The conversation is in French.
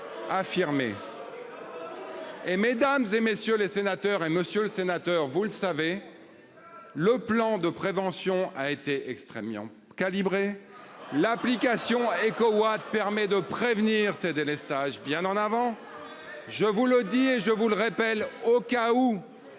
Hé mesdames et messieurs les sénateurs, et monsieur le sénateur, vous le savez. Le plan de prévention a été extrêmement calibrée. L'application EcoWatt permet de prévenir ces délestages bien en avant. Je vous le dis et je vous le rappelle, au cas où